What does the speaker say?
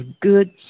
good